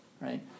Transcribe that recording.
right